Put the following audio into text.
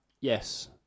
Yes